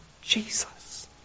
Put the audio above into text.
Jesus